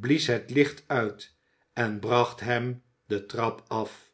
blies het licht uit en bracht hem de trap af